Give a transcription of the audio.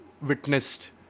witnessed